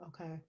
Okay